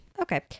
Okay